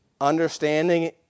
understanding